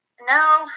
no